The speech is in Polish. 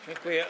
Dziękuję.